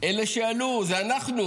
אלה שעלו, זה אנחנו.